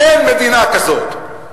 אין מדינה כזאת,